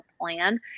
plan